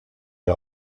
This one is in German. der